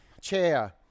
chair